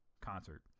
concert